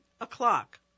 o'clock